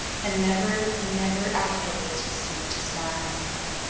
and never, never afterwards, was seen to smile.